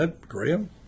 Graham